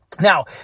Now